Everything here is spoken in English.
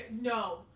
no